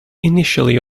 initially